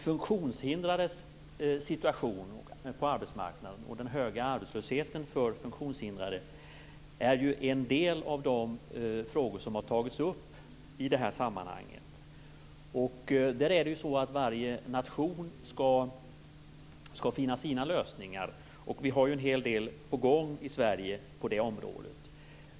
Funktionshindrades situation på arbetsmarknaden och den höga arbetslösheten för funktionshindrade är en del av de frågor som har tagits upp i det här sammanhanget. Här skall varje nation finna sina lösningar, och vi har en hel del på gång i Sverige på det området.